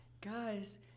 guys